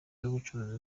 z’ubucuruzi